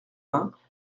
vingts